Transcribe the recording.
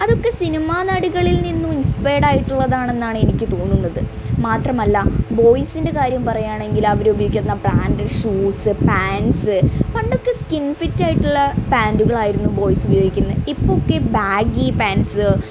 അതൊക്കെ സിനിമാനടികളിൽ നിന്ന് ഇൻസ്പേർഡായിട്ടുള്ളതാണ് എന്നാണ് എനിക്ക് തോന്നുന്നത് മാത്രമല്ല ബോയ്സിൻ്റെ കാര്യം പറയുകയാണെങ്കിൽ അവരുപയോഗിക്കുന്ന പാൻറ്റ് ഷൂസ് പാൻറ്റ്സ് പണ്ടൊക്കെ സ്കിൻ ഫിറ്റായിട്ടുള്ള പാൻറ്റുകളായിരുന്നു ബോയ്സ് ഉപയോഗിക്കുന്നത് ഇപ്പൊക്കെ ബാഗീ പാൻറ്റ്സ്